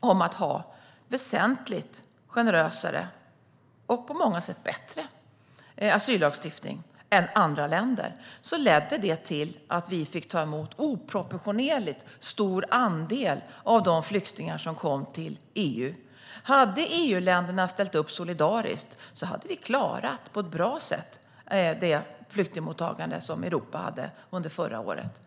om att ha en väsentligt generösare och på många sätt bättre asyllagstiftning än andra länder ledde det till att vi fick ta emot en oproportionerligt stor andel av de flyktingar som kom till EU. Hade EU-länderna ställt upp solidariskt hade vi på ett bra sätt klarat det flyktingmottagande som Europa hade under förra året.